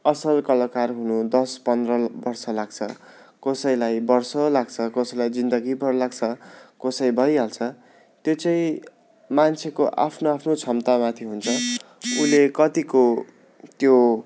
असल कलाकार हुनु दस पन्ध्र वर्ष लाग्छ कसैलाई वर्ष लाग्छ कसैलाई जिन्दगीभर लाग्छ कसै भइहाल्छ त्यो चाहिँ मान्छेको आफ्नो आफ्नो क्षमतामाथि हुन्छ उसले कतिको त्यो